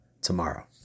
tomorrow